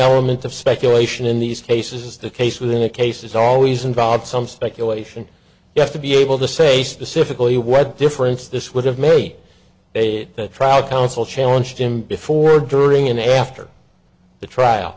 element of speculation in these cases the case within a case is always involved some speculation you have to be able to say specifically what difference this would have made a trial counsel challenge him before during and after the trial